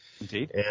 Indeed